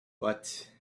what